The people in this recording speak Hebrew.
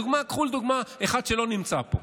קחו לדוגמה אחד שלא נמצא פה,